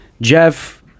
Jeff